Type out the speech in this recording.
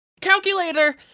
Calculator